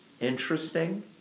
interesting